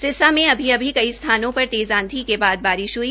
सिरसा में अभी अभी कई स्थानों पर तेज़ आंधी के बाद बारिश हुई